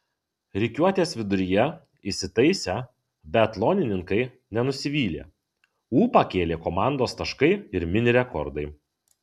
rikiuotės viduryje įsitaisę biatlonininkai nenusivylė ūpą kėlė komandos taškai ir mini rekordai